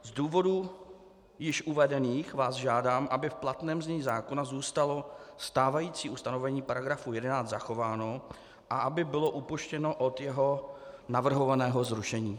Z důvodů již uvedených vás žádám, aby v platném znění zákona zůstalo stávající ustanovení § 11 zachováno a aby bylo upuštěno od jeho navrhovaného zrušení.